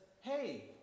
hey